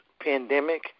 Pandemic